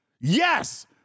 yes